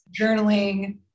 journaling